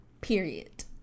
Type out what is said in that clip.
Period